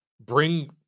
bring